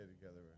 together